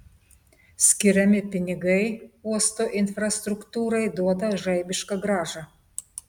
skiriami pinigai uosto infrastruktūrai duoda žaibišką grąžą